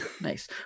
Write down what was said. Nice